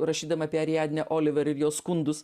rašydama apie ariadnę oliverį ir jo skundus